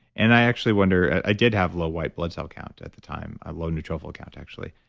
and i actually wonder, i did have low white blood cell count at the time, a low neutrophil count actually,